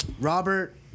Robert